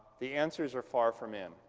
the answers are far from in.